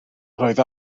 roedd